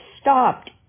stopped